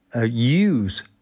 use